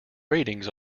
ratings